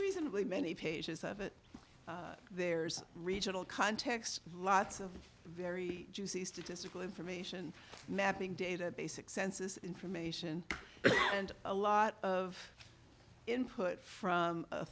reasonably many pages of it there's regional context lots of very juicy statistical information mapping data basic census information and a lot of input from